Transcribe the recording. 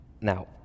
Now